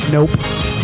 Nope